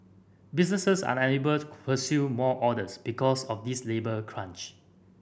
businesses are unable to pursue more orders because of this labour crunch